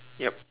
yup